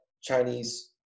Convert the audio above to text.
Chinese